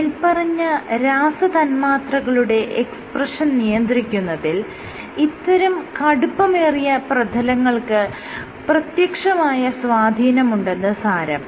മേല്പറഞ്ഞ രാസതന്മാത്രകളുടെ എക്സ്പ്രഷൻ നിയന്ത്രിക്കുന്നതിൽ ഇത്തരം കടുപ്പമേറിയ പ്രതലങ്ങൾക്ക് പ്രത്യക്ഷമായ സ്വാധീനമുണ്ടെന്ന് സാരം